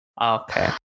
okay